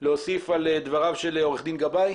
שתרצה להוסיף על דבריו של עורך דין גבאי?